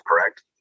correct